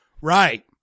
Right